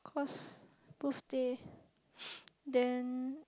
cause those day then